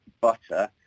butter